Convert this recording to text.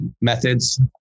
methods